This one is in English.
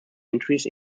entries